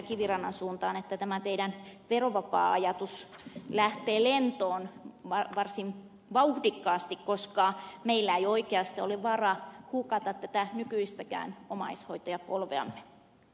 kivirannan suuntaan että tämä teidän verovapaa ajatuksenne lähtee lentoon varsin vauhdikkaasti koska meillä ei oikeasti ole varaa hukata tätä nykyistäkään omaishoitajapolveamme